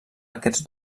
aquests